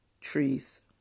trees